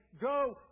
go